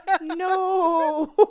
No